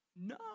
No